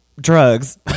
drugs